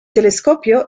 telescopio